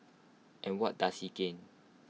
and what does he gain